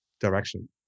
direction